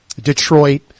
Detroit